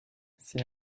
sait